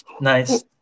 Nice